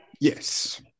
Yes